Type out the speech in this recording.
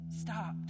stop